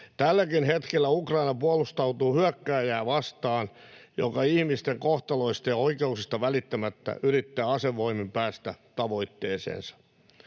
Tälläkin hetkellä Ukraina puolustautuu hyökkääjää vastaan, joka ihmisten kohtaloista ja oikeuksista välittämättä yrittää asevoimin päästä tavoitteeseensa.